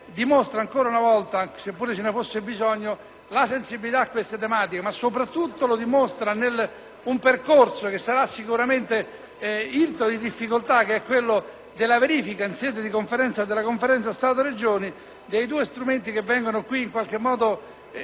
dimostra ancora una volta, seppure ve ne fosse bisogno, la sensibilità a queste tematiche, ma soprattutto la dimostra in un percorso che sarà sicuramente irto di difficoltà, quale quello della verifica in sede di Conferenza Stato-Regioni dei due strumenti ricordati, che possono